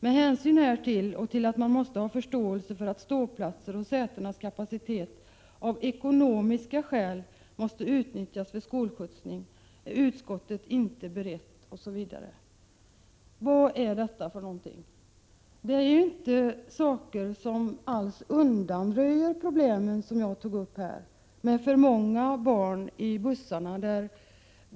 Med hänsyn härtill och till att man måste ha förståelse för att ståplatser och sätenas kapacitet av ekonomiska skäl måste utnyttjas vid skolskjutsning är utskottet inte berett Vad är detta? Här finns inget som undanröjer de problem som jag tog upp, med för många barn i bussarna.